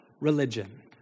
religion